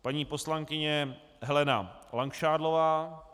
Paní poslankyně Helena Langšádlová.